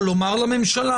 או לומר לממשלה: